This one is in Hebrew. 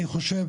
אני חושב